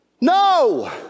No